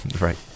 right